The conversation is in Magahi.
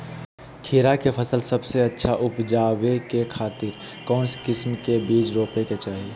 खीरा के फसल सबसे अच्छा उबजावे खातिर कौन किस्म के बीज रोपे के चाही?